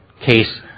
case